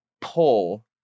pull